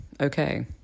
okay